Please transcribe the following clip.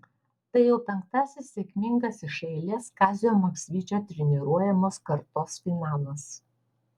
tai jau penktasis sėkmingas iš eilės kazio maksvyčio treniruojamos kartos finalas